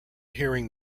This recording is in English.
hearing